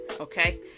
okay